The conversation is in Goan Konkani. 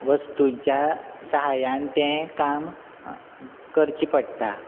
वस्तूंच्या सहाय्यान तें काम करचें पडटा